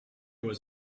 was